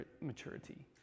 maturity